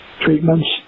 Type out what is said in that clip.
treatments